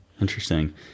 interesting